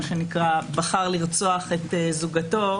בחר לרצוח את זוגתו